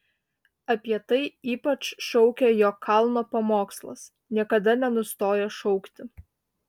apie tai ypač šaukia jo kalno pamokslas niekada nenustoja šaukti